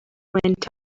went